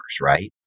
right